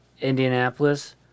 Indianapolis